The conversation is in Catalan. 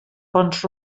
ponts